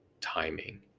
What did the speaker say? timing